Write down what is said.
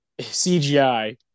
CGI